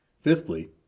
Fifthly